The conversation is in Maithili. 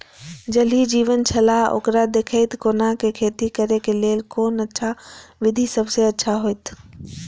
ज़ल ही जीवन छलाह ओकरा देखैत कोना के खेती करे के लेल कोन अच्छा विधि सबसँ अच्छा होयत?